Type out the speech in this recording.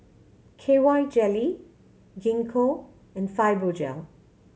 K Y Jelly Gingko and Fibogel